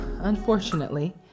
unfortunately